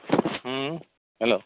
ᱦᱮᱸ ᱦᱮᱞᱳ